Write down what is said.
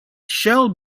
shall